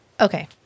Okay